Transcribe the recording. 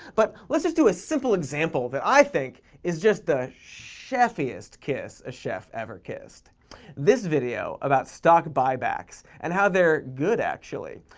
but let's just do a simple example that i think is just the chef-iest kiss a chef ever kissed this video about stock buybacks and how they're good, actually.